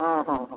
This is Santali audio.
ᱦᱮᱸ ᱦᱮᱸ ᱦᱮᱸ